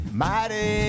mighty